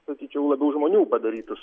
sakyčiau labiau žmonių padarytus